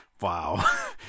Wow